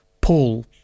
Paul